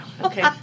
Okay